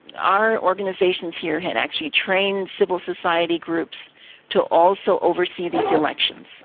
our organisations here had actually trained civil society groups to also oversee these elections,